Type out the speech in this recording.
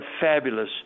fabulous